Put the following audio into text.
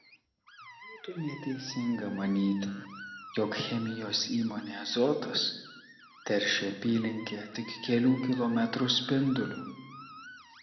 būtų neteisinga manyti jog chemijos įmonė azotas teršia apylinkę tik kelių kilometrų spinduliu